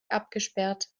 abgesperrt